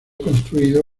construido